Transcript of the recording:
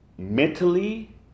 Mentally